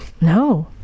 No